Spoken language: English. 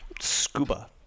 Scuba